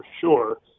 sure